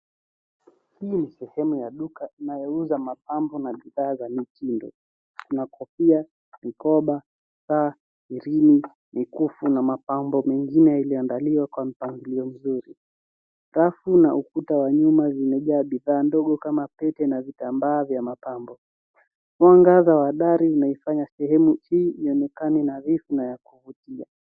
Hii ni sehemu ya duka inayouza mapambo na bidhaa za mitindo. Kuna kofia, mikoba, saa, herini, mikufu na mapambo mengine iliandaliwa kwa mpangilio mzuri. Rafu na ukuta wa nyuma zimejaa bidhaa ndogo kama pete na vitambaa vya mapambo. Mwangaza wa gari mnaifanya sehemu hii ionekane nadhifu ya kuvutia.